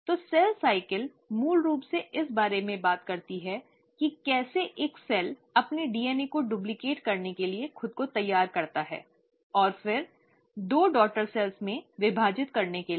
तो कोशिका चक्र मूल रूप से इस बारे में बात करती है कि कैसे एक सेल अपने डीएनए को डुप्लिकेट करने के लिए खुद को तैयार करता है और फिर दो डॉटर सेल्स में विभाजित करने के लिए